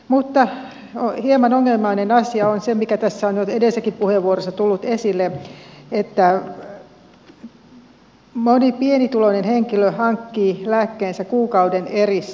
mutta hieman ongelmallinen asia on se mikä tässä on jo edellisessäkin puheenvuorossa tullut esille että moni pienituloinen henkilö hankkii lääkkeensä kuukauden erissä